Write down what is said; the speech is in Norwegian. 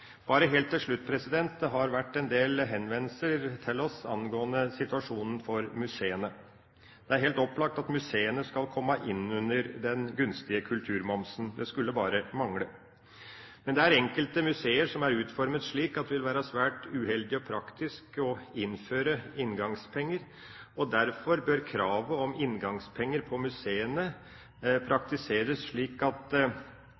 Bare helt til slutt: Det har vært en del henvendelser til oss angående situasjonen for museene. Det er helt opplagt at museene skal komme innunder den gunstige kulturmomsen, det skulle bare mangle. Men det er enkelte museer som er utformet slik at det vil være svært uheldig rent praktisk å innføre inngangspenger. Derfor bør kravet om inngangspenger på museene praktiseres slik at